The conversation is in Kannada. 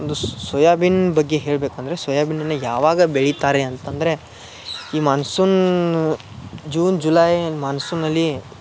ಒಂದು ಸೊಯಾಬೀನ್ ಬಗ್ಗೆ ಹೇಳ್ಬೇಕು ಅಂದರೆ ಸೊಯಾಬೀನನ್ನು ಯಾವಾಗ ಬೆಳಿತಾರೆ ಅಂತಂದರೆ ಈ ಮಾನ್ಸೂನ್ ಜೂನ್ ಜುಲೈ ಮಾನ್ಸೂನ್ನಲ್ಲಿ